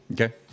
okay